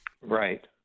Right